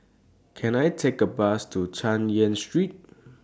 Can I Take A Bus to Chay Yan Street